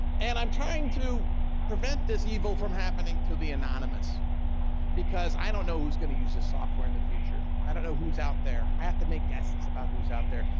and i'm trying to prevent this evil from happening to the anonymous because i don't know who's going to use the software in the future. i don't know who is out there. i have to make guesses about who is out there.